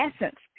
essence